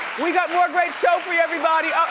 we got more great show for you everybody.